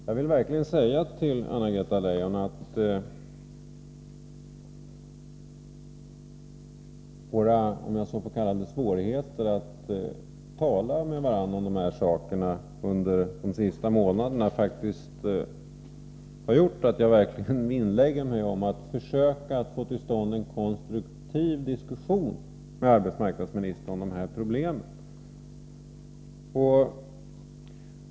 Jag vill säga till Anna-Greta Leijon att våra — om jag så får kalla det — svårigheter under de senaste månaderna att tala med varandra om de här sakerna faktiskt har gjort att jag verkligen vinnlägger mig om att försöka få till stånd en konstruktiv diskussion med arbetsmarknadsministern om dessa problem.